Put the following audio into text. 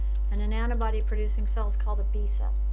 and an antibody-producing cell's called a b cell.